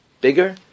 bigger